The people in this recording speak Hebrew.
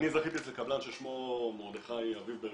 אני זכיתי אצל קבלן ששמו מרדכי אביב בראשון,